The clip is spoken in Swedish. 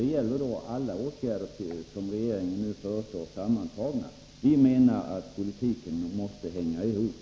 Det gäller tillsammantaget alla de åtgärder som regeringen nu föreslår. Vi menar att politiken måste hänga ihop.